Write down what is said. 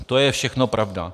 To je všechno pravda.